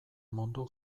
mundu